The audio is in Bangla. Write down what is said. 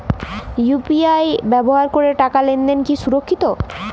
ইউ.পি.আই ব্যবহার করে টাকা লেনদেন কি সুরক্ষিত?